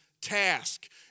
task